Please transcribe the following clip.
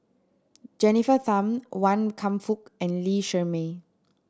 Jennifer Tham Wan Kam Fook and Lee Shermay